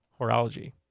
horology